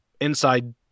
inside